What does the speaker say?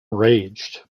raged